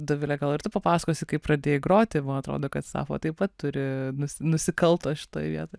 dovilė gal ir tu papasakosi kaip pradėjai groti atrodo kad sapfo taip pat turi nusi nusikalto šitoj vietoj